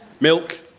milk